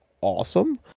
awesome